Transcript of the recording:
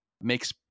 makes